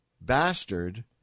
bastard